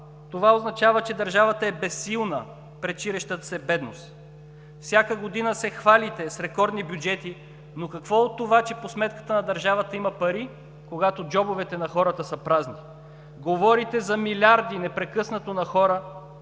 Това означава, че държавата е безсилна пред ширещата се бедност! Всяка година се хвалите с рекордни бюджети, но какво от това, че по сметката на държавата има пари, когато джобовете на хората са празни! Говорите за милиарди непрекъснато на хора,